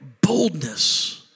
boldness